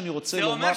תסתתרו.